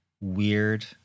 weird